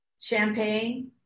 champagne